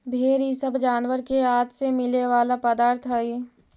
भेंड़ इ सब जानवर के आँत से मिला वाला पदार्थ हई